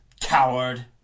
coward